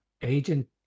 Agent